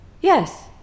Yes